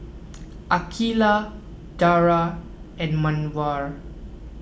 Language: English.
Aqeelah Dara and Mawar